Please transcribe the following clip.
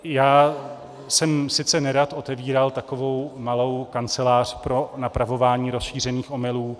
Já jsem, sice nerad, otevíral takovou malou kancelář pro napravování rozšířených omylů.